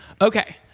Okay